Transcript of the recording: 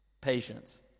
patience